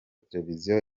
televiziyo